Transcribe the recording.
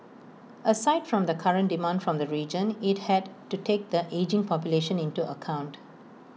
aside from the current demand from the region IT had to take the ageing population into account